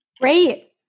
Great